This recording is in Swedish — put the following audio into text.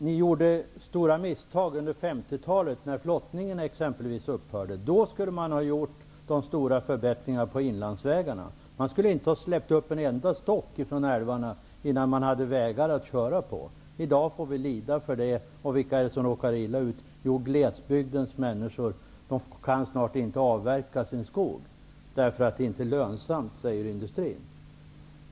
Ni gjorde även stora misstag under 50-talet, när exempelvis flottningen upphörde. Då skulle de stora förbättringarna på inlandsvägarna ha gjorts. Man skulle inte ha släppt i väg en enda stock innan man hade vägar att köra på. I dag får vi lida för det. Vilka råkar illa ut? Jo, glesbygdens människor, som snart inte kan avverka sin skog därför att det från industrins sida sägs att det inte är lönsamt.